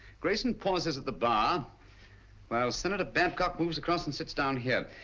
grayson pauses at the bar while senator babcock moves across and sits down here.